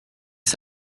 que